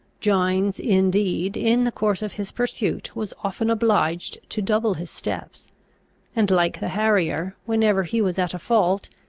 gines indeed, in the course of his pursuit, was often obliged to double his steps and, like the harrier, whenever he was at a fault,